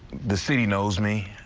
the city knows me.